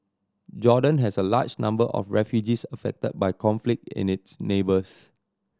Jordan has a large number of refugees affected by conflict in its neighbours